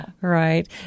Right